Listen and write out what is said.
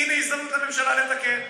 הינה הזדמנות לממשלה לתקן.